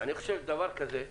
אני חושב שדבר כזה,